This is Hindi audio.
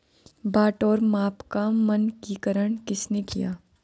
बाट और माप का मानकीकरण किसने किया?